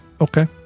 okay